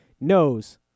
knows